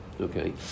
Okay